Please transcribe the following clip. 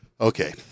okay